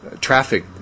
Traffic